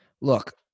Look